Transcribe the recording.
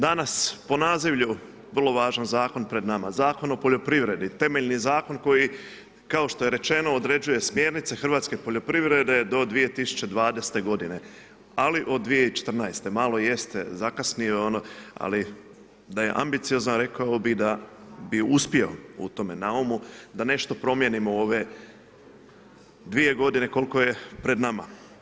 Danas po nazivlju vrlo važan zakon pred nama, Zakon o poljoprivredi, temeljni zakon koji, kao što je rečeno, određuje smjernice hrvatske poljoprivrede do 2012. godine, ali od 2014. malo jeste zakasnio ono, ali da je ambiciozan, rekao bih da je uspio u tome naumu da nešto promijenimo u ove 2 godine koliko je pred nama.